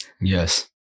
Yes